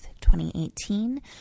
2018